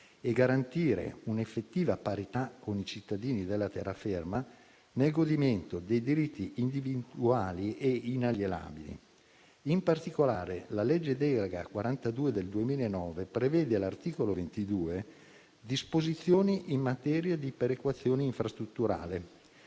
e garantire un'effettiva parità con i cittadini della terraferma nel godimento dei diritti individuali e inalienabili. In particolare, la legge delega n. 42 del 2009 prevede all'articolo 22 disposizioni in materia di perequazione infrastrutturale.